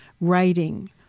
writing